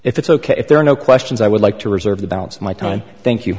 it's ok if there are no questions i would like to reserve the balance of my time thank you